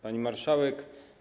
Pani Marszałek!